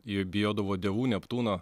jie bijodavo dievų neptūno